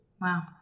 Wow